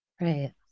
right